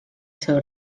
seu